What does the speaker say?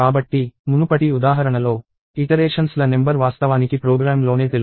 కాబట్టి మునుపటి ఉదాహరణలో ఇటరేషన్స్ ల నెంబర్ వాస్తవానికి ప్రోగ్రామ్లోనే తెలుసు